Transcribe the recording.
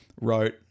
wrote